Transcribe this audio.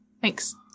Thanks